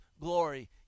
glory